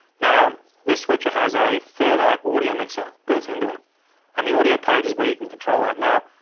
now, this switcher has a fairlight audio mixer built into it and the audio page is where you can control that. now,